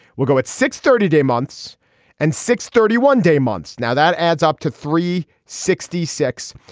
we'll go at six thirty day months and six thirty one day months. now that adds up to three sixty six.